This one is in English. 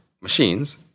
machines